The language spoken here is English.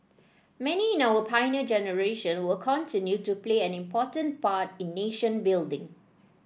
many in our Pioneer Generation will continue to play an important part in nation building